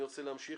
אני רוצה להמשיך